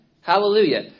Hallelujah